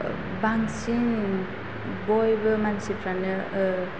बांसिन बयबो मानसिफ्रानो